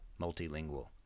multilingual